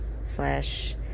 slash